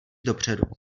dopředu